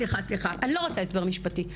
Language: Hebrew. סליחה, אני לא רוצה הסבר משפטי.